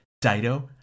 Dido